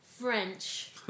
French